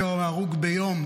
יותר מהרוג ביום.